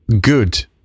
good